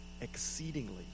exceedingly